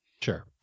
Sure